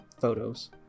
photos